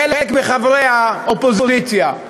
חלק מחברי האופוזיציה: